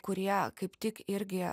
kurie kaip tik irgi